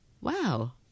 wow